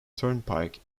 turnpike